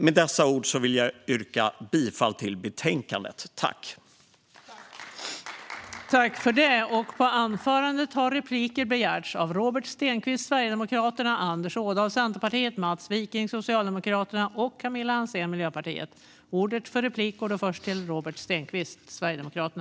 Med dessa ord vill jag yrka bifall till förslaget i betänkandet.